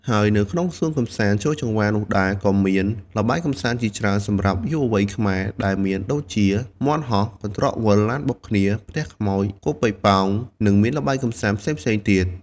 ហើយនៅក្នុងសួនកំសាន្តជ្រោយចង្វានោះដែរ ក៏មានល្បែងកំសាន្តជាច្រើនសម្រាប់យុវវ័យខ្មែរ ដែលមានដូចជា មាន់ហោះ កន្ត្រកវិល ឡានបុកគ្នា ផ្ទះខ្មោច គប់ប៉េងប៉ោង និងមានល្បែងកំសាន្តផ្សេងៗទៀត។